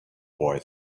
boy